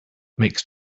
makes